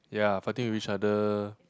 ya fighting with each other